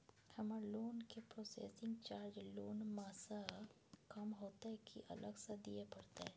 हमर लोन के processing charge loan म स कम होतै की अलग स दिए परतै?